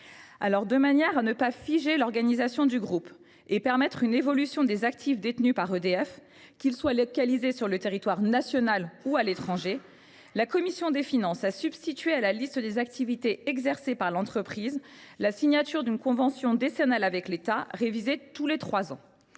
Afin de ne pas figer l’organisation du groupe et pour permettre l’évolution des actifs détenus par EDF, qu’ils soient localisés sur le territoire national ou à l’étranger, la commission des finances a substitué à la liste des activités exercées par l’entreprise une disposition prévoyant la signature d’une convention décennale avec l’État, révisée tous les trois ans.